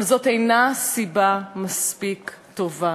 אבל זאת אינה סיבה מספיק טובה.